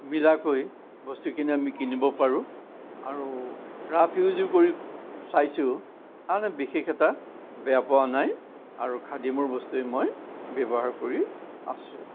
মিলাকৈ বস্তুখিনি আমি কিনিব পাৰোঁ আৰু ৰাফ ইউজো কৰি চাইছোঁ আন বিশেষ এটা বেয়া পোৱা নাই আৰু খাদিমৰ বস্তুৱেই মই ব্যৱহাৰ কৰি আছো